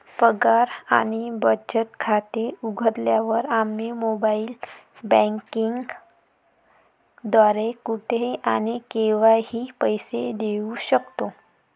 पगार आणि बचत खाते उघडल्यावर, आम्ही मोबाइल बँकिंग द्वारे कुठेही आणि केव्हाही पैसे देऊ शकतो